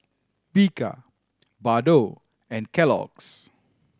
Bika Bardot and Kellogg's